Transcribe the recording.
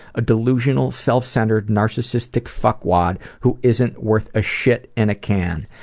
ah delusional self-centered narcissistic fuck wad who isn't worth a shit and a can.